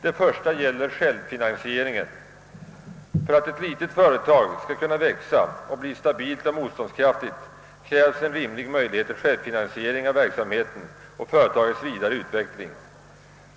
Det första gäller självfinansieringen. För att ett litet företag skall kunna växa och bli stabilt och motståndskraftigt krävs en rimlig möjlighet till självfinansiering av företagets verksamhet och vidare utveckling.